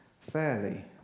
fairly